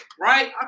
Right